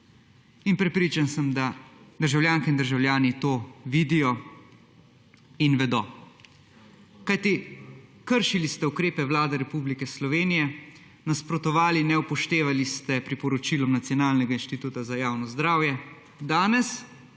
In prepričan sem, da državljanke in državljani to vidijo in vedo. Kajti kršili ste ukrepe Vlade Republike Slovenije, nasprotovali, neupoštevali ste priporočila Nacionalnega inštituta za javno zdravje, danes,